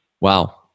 Wow